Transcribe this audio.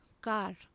car